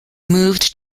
moved